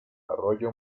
arroyo